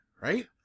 right